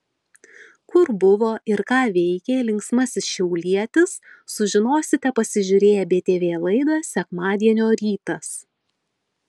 kur buvo ir ką veikė linksmasis šiaulietis sužinosite pasižiūrėję btv laidą sekmadienio rytas